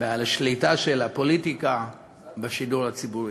ועל שליטה של הפוליטיקה בשידור הציבורי,